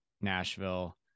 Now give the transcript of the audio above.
nashville